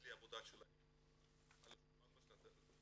כלי העבודה שלהם על השולחן,